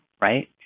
right